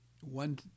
one